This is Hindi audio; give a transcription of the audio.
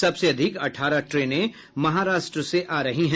सबसे अधिक अठारह ट्रेनें महाराष्ट्र से आ रही हैं